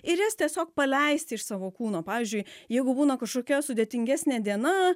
ir jas tiesiog paleisti iš savo kūno pavyzdžiui jeigu būna kažkokia sudėtingesnė diena